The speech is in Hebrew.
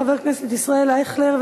חבר הכנסת ישראל אייכלר,